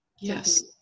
Yes